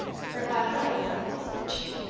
for if i live i'll fit you.